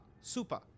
super